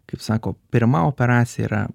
kaip sako pirma operacija yra